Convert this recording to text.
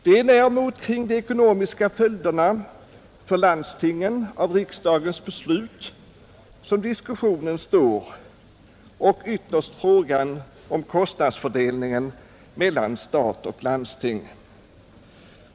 Det är däremot kring de ekonomiska följderna för landstingen av riksdagens beslut som diskussionen står och ytterst frågan om kostnadsfördelningen mellan stat och landsting.